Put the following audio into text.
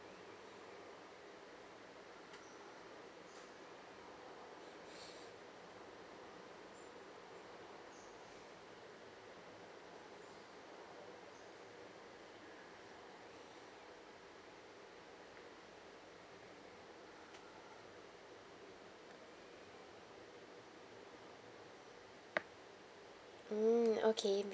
mm okay